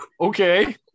okay